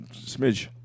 Smidge